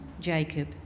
Jacob